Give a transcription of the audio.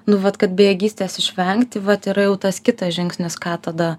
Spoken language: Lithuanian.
nu vat kad bejėgystės išvengti vat yra jau tas kitas žingsnis ką tada